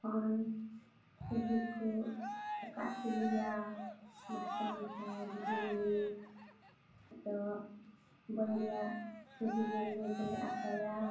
ᱛᱚᱠᱷᱚᱱ ᱪᱷᱚᱵᱤ ᱠᱚ ᱟᱸᱠᱟᱣ ᱦᱚᱪᱚ ᱞᱮᱭᱟ ᱢᱟᱥᱴᱟᱨ ᱢᱚᱥᱟᱭ ᱫᱤᱫᱤᱢᱚᱱᱤ ᱟᱫᱚ ᱵᱳᱹᱭ ᱨᱮᱭᱟᱜ ᱪᱷᱚᱵᱤ ᱧᱮᱞ ᱧᱮᱞ ᱛᱮᱞᱮ ᱟᱠᱟᱣᱟ